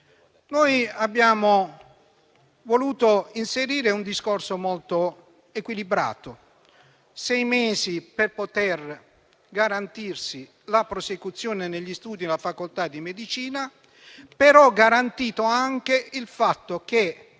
Noi abbiamo voluto fare un discorso molto equilibrato: ci sono sei mesi per garantirsi la prosecuzione degli studi nella facoltà di medicina, però viene garantito anche il fatto che,